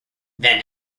then